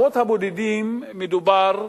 מדובר באנשים,